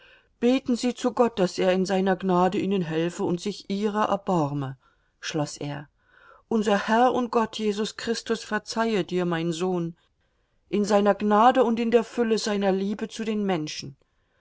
beten sie zu gott daß er in seiner gnade ihnen helfe und sich ihrer erbarme schloß er unser herr und gott jesus christus verzeihe dir mein sohn in seiner gnade und in der fülle seiner liebe zu den menschen